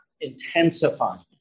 intensifying